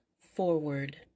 forward